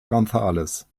gonzález